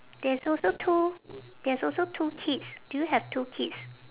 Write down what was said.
there's also two there's also two kids do you have two kids